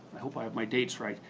i hope i have my dates right.